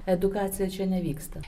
edukacija čia nevyksta